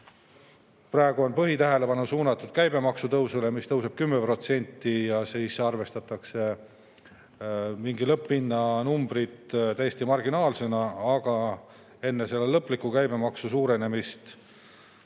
Praegu on põhitähelepanu suunatud käibemaksule, mis tõuseb 10%, ja siis arvestatakse lõpphinna numbrid täiesti marginaalsetena, aga enne lõplikku käibemaksu suurenemist